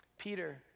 Peter